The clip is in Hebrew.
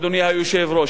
אדוני היושב-ראש,